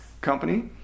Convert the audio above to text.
company